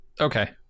Okay